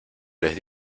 les